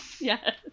Yes